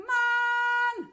man